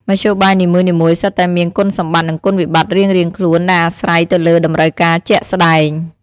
មធ្យោបាយនីមួយៗសុទ្ធតែមានគុណសម្បត្តិនិងគុណវិបត្តិរៀងៗខ្លួនដែលអាស្រ័យទៅលើតម្រូវការជាក់ស្តែង។